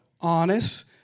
honest